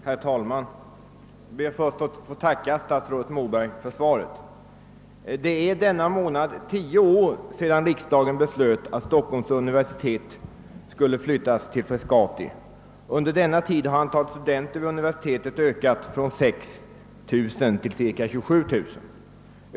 Herr talman! Jag ber att få tacka statsrådet Moberg för svaret. Det är denna månad tio år sedan riksdagen beslöt att Stockholms universitet skulle flyttas till Frescati. Under denna tid har antalet studenter vid universitetet ökat från 6 000 till cirka 27 000.